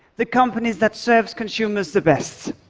the companies that serve consumers the best.